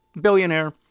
Billionaire